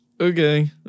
Okay